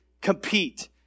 compete